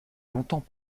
longtemps